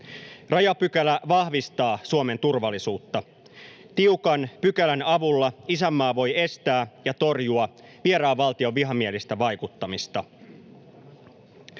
Rajapykälä vahvistaa Suomen turvallisuutta. Tiukan pykälän avulla isänmaa voi estää ja torjua vieraan valtion vihamielistä vaikuttamista.